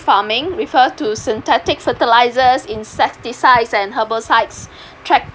farming refers to synthetic fertilizers insecticides and herbicides